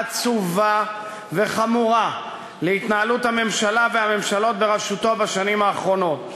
עצובה וחמורה להתנהלות הממשלה והממשלות בראשותו בשנים האחרונות.